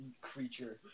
creature